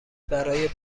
برای